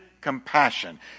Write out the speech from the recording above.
compassion